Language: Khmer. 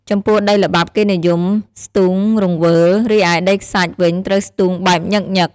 ចំពោះដីល្បាប់គេនិយមស្ទូងរង្វើល រីឯដីខ្សាច់វិញត្រូវស្ទូងបែបញឹកៗ។